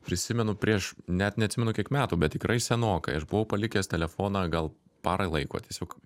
prisimenu prieš net neatsimenu kiek metų bet tikrai senokai aš buvau palikęs telefoną gal parai laiko tiesiog